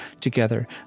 together